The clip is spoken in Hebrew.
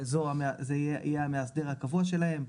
יהיה המאסדר הקבוע שלהם.